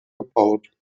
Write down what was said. gebaut